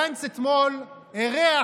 גנץ אתמול אירח